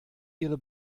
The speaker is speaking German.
ihre